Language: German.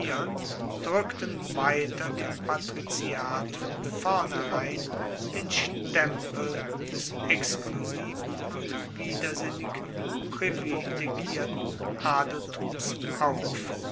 drueckten weiter dem patriziat von vornherein den stempel des exklusiven und widersinnig privilegierten adeltums auf